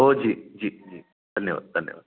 हो जी जी जी धन्यवाद धन्यवाद